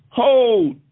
hold